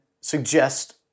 suggest